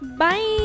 bye